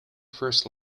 first